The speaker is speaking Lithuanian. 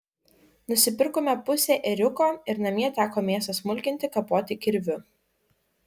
nusipirkome pusę ėriuko ir namie teko mėsą smulkinti kapoti kirviu